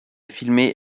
filmée